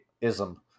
ism